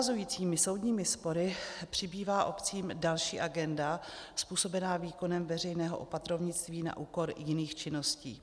Navazujícími soudními spory přibývá obcím další agenda způsobená výkonem veřejného opatrovnictví na úkor jiných činností.